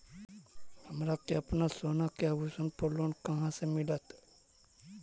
हमरा के अपना सोना के आभूषण पर लोन कहाँ से मिलत?